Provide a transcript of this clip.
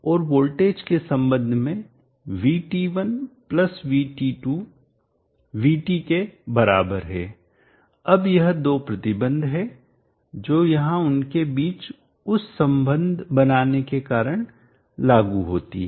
और वोल्टेज के संबंध में VT1 VT2 VT के बराबर है अब ये दो प्रतिबंध हैं जो यहां उनके बीच उस संबंध बनाने के कारण लागू होती हैं